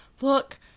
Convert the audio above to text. Look